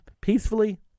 peacefully